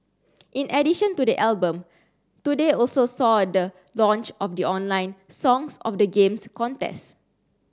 in addition to the album today also saw the launch of the online Songs of the Games contest